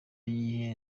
gihe